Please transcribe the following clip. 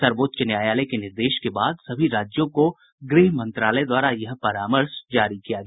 सर्वोच्च न्यायालय के निर्देश के बाद सभी राज्यों को गृह मंत्रालय द्वारा यह परामर्श जारी किया गया